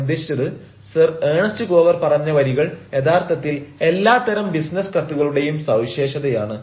ഞാൻ ഉദ്ദേശിച്ചത് sir Ernest Gower പറഞ്ഞ വരികൾ യഥാർത്ഥത്തിൽ എല്ലാത്തരം ബിസിനസ് കത്തുകളുടെയും സവിശേഷതയാണ്